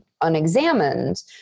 unexamined